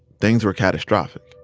things were catastrophic.